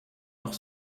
noch